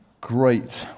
Great